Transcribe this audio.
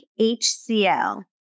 HCL